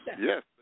Yes